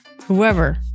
whoever